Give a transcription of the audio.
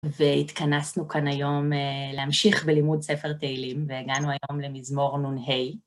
והתכנסנו כאן היום להמשיך בלימוד ספר תהלים, והגענו היום למזמור נה.